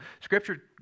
scripture